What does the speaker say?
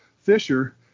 Fisher